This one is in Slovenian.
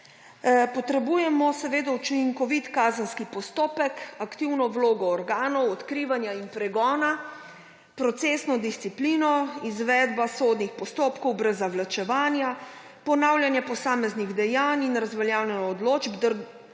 potrebujemo seveda učinkovit kazenski postopek, aktivno vlogo organov odkrivanja in pregona, procesno disciplino, izvedbo sodnih postopkov brez zavlačevanja, ponavljanje posameznih dejanj in razveljavljanje odločb,